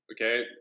okay